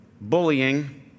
bullying